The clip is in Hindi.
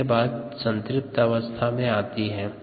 इसके बाद संतृप्त अवस्था आती है